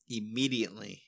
Immediately